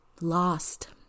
Lost